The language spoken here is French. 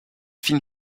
fine